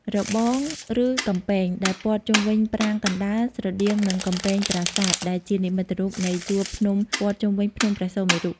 របង ឬកំពែង ដែលព័ទ្ធជុំវិញប្រាង្គកណ្តាល ស្រដៀងនឹងកំពែងប្រាសាទ ដែលជានិមិត្តរូបនៃ ជួរភ្នំព័ទ្ធជុំវិញភ្នំព្រះសុមេរុ ។